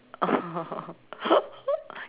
oh